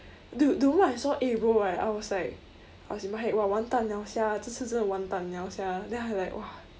dude the moment I saw eh bro right I was like I was in my head !wah! 完蛋了 sia 这次真的完蛋了 sia then I like !wah!